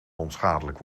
onschadelijk